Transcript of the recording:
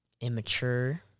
immature